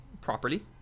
properly